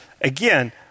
Again